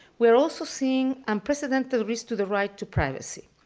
we're also seeing unprecedented risk to the right to privacy.